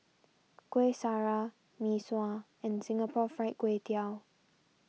Kuih Syara Mee Sua and Singapore Fried Kway Tiao